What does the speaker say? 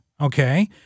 Okay